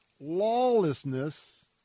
lawlessness